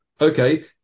Okay